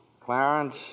Clarence